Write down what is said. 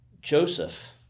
Joseph